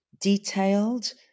detailed